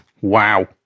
Wow